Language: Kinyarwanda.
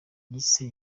yise